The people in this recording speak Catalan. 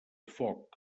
foc